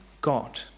God